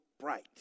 bright